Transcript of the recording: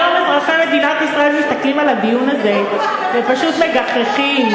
היום אזרחי מדינת ישראל מסתכלים על הדיון הזה ופשוט מגחכים,